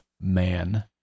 man